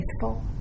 faithful